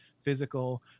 physical